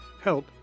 Help